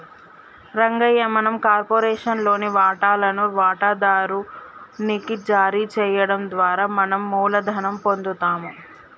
రంగయ్య మనం కార్పొరేషన్ లోని వాటాలను వాటాదారు నికి జారీ చేయడం ద్వారా మనం మూలధనం పొందుతాము